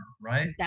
right